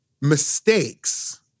mistakes